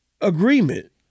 agreement